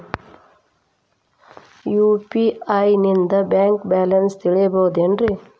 UPI ನಿಂದ bank balance ತಿಳಿಬಹುದೇನ್ರಿ?